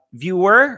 viewer